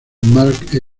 mark